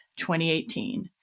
2018